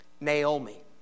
Naomi